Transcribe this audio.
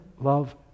love